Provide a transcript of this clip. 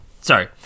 Sorry